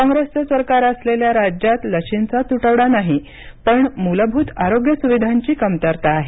काँग्रेसचं सरकार असलेल्या राज्यात लशींचा तुटवडा नाही पण मूलभूत आरोग्य सुविधांची कमतरता आहे